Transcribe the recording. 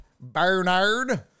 Bernard